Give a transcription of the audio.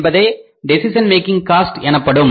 என்பதே decision making cost எனப்படும்